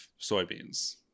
soybeans